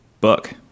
book